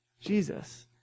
Jesus